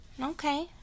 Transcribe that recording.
Okay